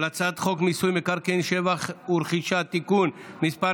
הצעת חוק מיסוי מקרקעין (שבח ורכישה) (תיקון מס'